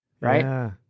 Right